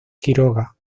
quiroga